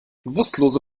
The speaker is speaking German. bewusstlose